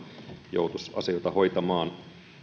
joutuisi asioita hoitamaan